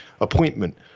appointment